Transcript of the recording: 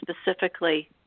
specifically